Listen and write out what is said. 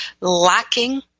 lacking